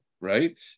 right